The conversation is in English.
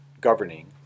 governing